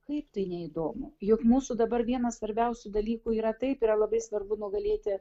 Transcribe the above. kaip tai neįdomu juk mūsų dabar vienas svarbiausių dalykų yra taip yra labai svarbu nugalėti